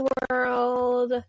World